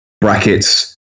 Brackets